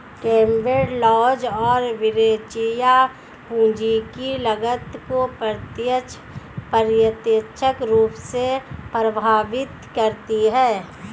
Lambert, Leuz और Verrecchia, पूंजी की लागत को प्रत्यक्ष, अप्रत्यक्ष रूप से प्रभावित करती है